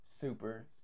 super